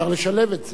אפשר לשלב את זה.